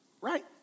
right